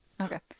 Okay